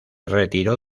retiró